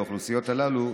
לאוכלוסיות הללו,